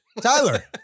Tyler